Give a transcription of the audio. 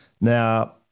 Now